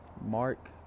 Mark